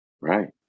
Right